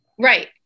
Right